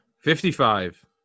fifty-five